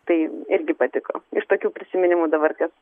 tai irgi patiko iš tokių prisiminimų dabar kas